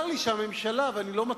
צר לי שהממשלה, ואני לא מתריס,